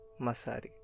Masari